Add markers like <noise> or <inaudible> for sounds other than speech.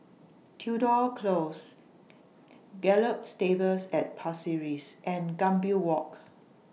Tudor Close <noise> Gallop Stables At Pasir Ris and Gambir Walk